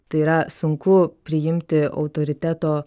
tai yra sunku priimti autoriteto